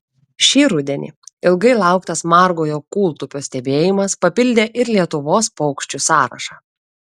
šį rudenį ilgai lauktas margojo kūltupio stebėjimas papildė ir lietuvos paukščių sąrašą